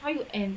how you know